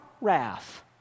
wrath